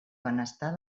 benestar